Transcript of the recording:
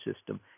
system